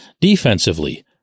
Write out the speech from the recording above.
defensively